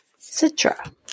Citra